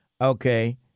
Okay